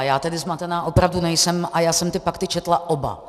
Já tedy zmatená opravdu nejsem a já jsem ty pakty četla oba.